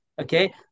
Okay